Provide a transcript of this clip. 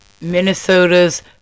Minnesota's